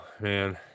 man